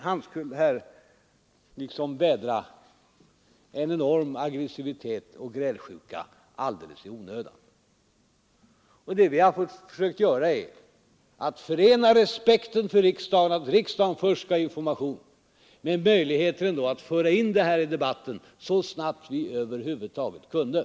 Han skulle här liksom vädra en enorm aggressivitet och grälsjuka alldeles i onödan. Det vi har försökt göra är att förena respekten för riksdagen — så att riksdagen först skall ha information — med möjligheter att ändå föra in detta i debatten så snabbt vi över huvud taget kunde.